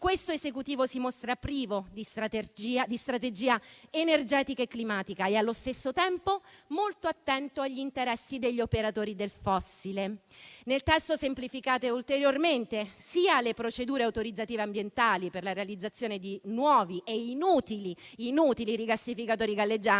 Questo Esecutivo si mostra privo di strategia energetica e climatica e, allo stesso tempo, molto attento agli interessi degli operatori del fossile. Nel testo semplificate ulteriormente sia le procedure autorizzative ambientali per la realizzazione di nuovi e inutili rigassificatori galleggianti,